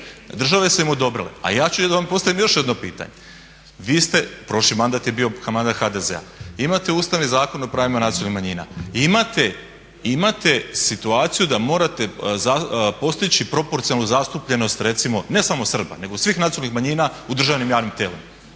države su im odobrile. A ja ću da vam postavim još jedno pitanje. Vi ste, prošli mandat je bio mandat HDZ-a, imate Ustavni zakon o pravima nacionalnih manjina, imate situaciju da morate postići proporcionalnu zastupljenost recimo ne samo Srba nego svih nacionalnih manjina u državnim javnim tijelima.